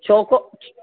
छो को